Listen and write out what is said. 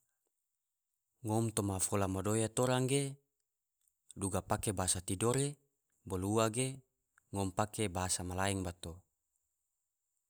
Ngom toma fola madoya tora ge duga pake bahasa tidore, bolo ua ge ngom pake bahasa melayu bato.